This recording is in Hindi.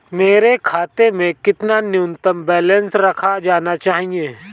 मेरे खाते में कितना न्यूनतम बैलेंस रखा जाना चाहिए?